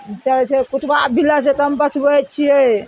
चरय छै कुतबा बिलाइसँ तऽ हम बचबय छियै